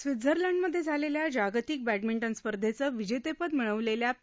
स्वित्झर्लंडमध्ये झालेल्या जागतिक बर्ह्मिंटन स्पधेंचं विजेतपद मिळवलेल्या पी